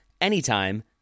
anytime